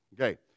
Okay